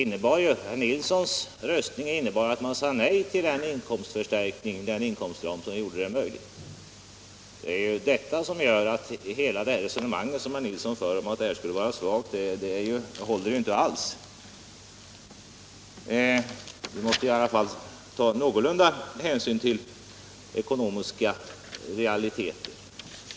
Herr Nilssons röstning innebar nej till den inkomstram som gjorde det möjligt att bibehålla flottiljen. Detta gör att det resonemang herr Nilsson för inte alls håller. Vi måste ta någon hänsyn till ekonomiska realiteter.